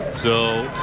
so,